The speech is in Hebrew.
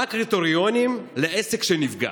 מה הקריטריונים לעסק שנפגע?